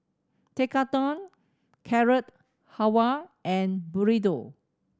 Tekkadon Carrot Halwa and Burrito